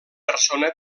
persona